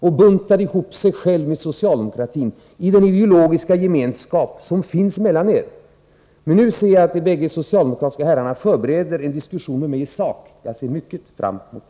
Han buntade ihop sig själv med socialdemokratin i den ideologiska gemenskap som finns mellan er. Nu ser jag att de båda socialdemokratiska debattörerna förbereder sig för en diskussion med mig i sak, och den ser jag fram emot.